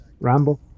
ramble